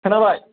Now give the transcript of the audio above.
खोनाबाय